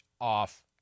off